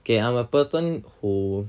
okay I'm a person who